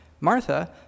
Martha